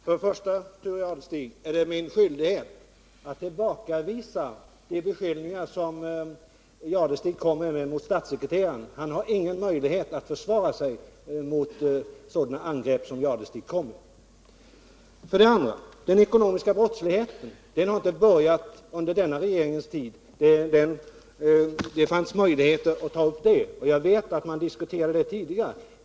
Herr talman! För det första är det min skyldighet att tillbakavisa de beskyllningar som Thure Jadestig kommer med mot statssekreteraren. Han har ingen möjlighet att försvara sig mot sådana angrepp. För det andra måste jag säga att den ekonomiska brottsligheten inte börjat under denna regerings tid. Det fanns möjligheter att ta upp den då, och jag vet att man diskuterat den tidigare.